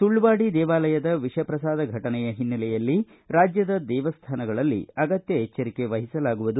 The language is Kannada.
ಸುಳ್ವಾಡಿ ದೇವಾಲಯದ ವಿಷಪ್ರಸಾದ ಫಟನೆಯ ಹಿನ್ನೆಲೆಯಲ್ಲಿ ರಾಜ್ಜದ ದೇವಸ್ಥಾನಗಳಲ್ಲಿ ಅಗತ್ತ ಎಚ್ವರಿಕೆ ವಹಿಸಲಾಗುವುದು